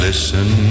Listen